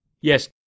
Yes